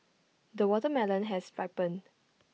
the watermelon has ripened